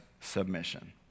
submission